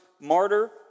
martyr